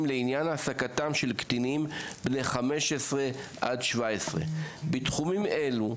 לעניין העסקתם של קטינים בני 17-15 בתחומים אלה.